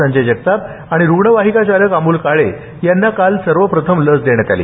संजय जगताप आणि रुग्णवाहिका चालक अमोल काळे यांना सर्वप्रथम लस देण्यात आली